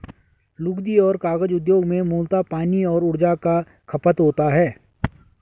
लुगदी और कागज उद्योग में मूलतः पानी और ऊर्जा का खपत होता है